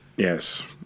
Yes